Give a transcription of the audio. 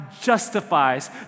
justifies